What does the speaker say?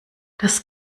das